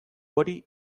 hori